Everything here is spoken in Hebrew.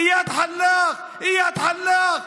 איאד אלחלאק.